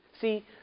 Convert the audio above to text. See